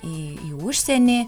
į į užsienį